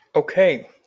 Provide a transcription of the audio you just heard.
Okay